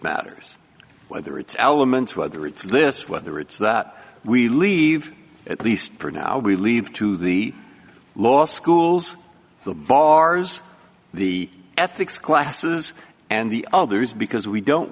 matters whether it's elements whether it's this whether it's that we leave at least for now we leave to the law schools the bars the ethics classes and the others because we don't